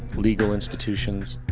legal institutions,